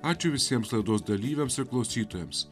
ačiū visiems laidos dalyviams ir klausytojams